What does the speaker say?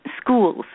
schools